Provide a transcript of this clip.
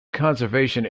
conservation